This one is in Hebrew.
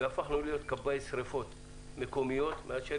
והפכנו להיות כבאי שריפות מקומיות מאשר